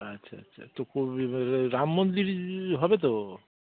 আচ্ছা আচ্ছা তো রাম মন্দির হবে তো